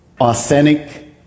authentic